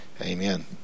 Amen